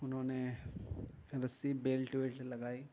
انہوں نے رسی بیلٹ ویلٹ لگائی